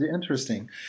interesting